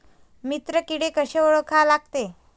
मित्र किडे कशे ओळखा लागते?